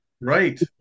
Right